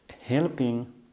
helping